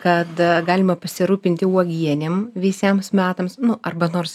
kad galime pasirūpinti uogienėm visiems metams nu arba nors